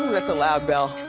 that's a loud bell.